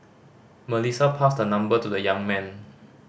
Melissa passed her number to the young man